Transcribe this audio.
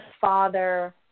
father